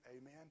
amen